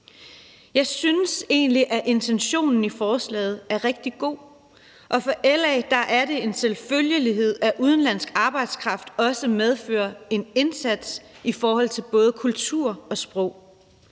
Jeg synes egentlig, at intentionen i forslaget er rigtig god, og for LA er det en selvfølgelighed, at brug af udenlandsk arbejdskraft også medfører en indsats i forhold til både kultur og sprog.